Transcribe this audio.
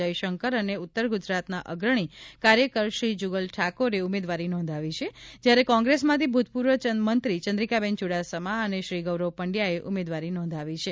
જયશંકર અને ઉત્તર ગુજરાતના અગ્રણી કાર્યકરશ્રી જુગલ ઠાકોરે ઉમેદવારી નોંધાવી છે જ્યારે કોંગ્રેસમાંથી ભૂતપૂર્વ મંત્રી ચંદ્રિકાબેન ચુડાસમા અને શ્રી ગૌરવ પંડ્યાએ ઉમેદવારી નોંધાવી છે